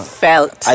felt